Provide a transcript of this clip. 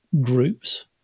groups